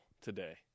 today